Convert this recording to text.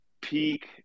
peak